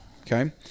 Okay